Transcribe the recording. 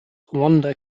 wanda